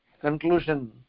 conclusion